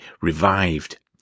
revived